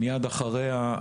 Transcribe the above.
מיד אחריה,